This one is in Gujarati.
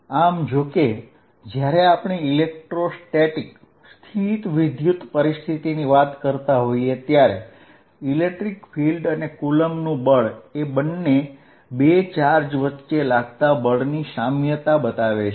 આમ જો કે જ્યારે આપણે સ્થિત વિદ્યુત પરિસ્થિતિની વાત કરતા હોઈએ ત્યારે વિદ્યુતક્ષેત્ર અને કુલંબનું બળ એ બંને બે ચાર્જ વચ્ચે લાગતા બળની સામ્યતા બતાવે છે